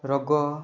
ରୋଗ